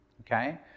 Okay